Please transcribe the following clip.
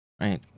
right